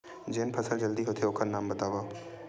जेन फसल जल्दी होथे ओखर नाम बतावव?